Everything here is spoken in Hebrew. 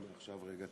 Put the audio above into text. לא נחשב רגע.